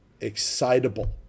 excitable